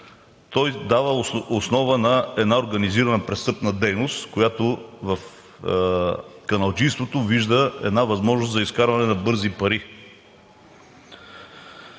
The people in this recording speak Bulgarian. той дава основа на една организирана престъпна дейност, която в каналджийството вижда възможност за изкарване на бързи пари.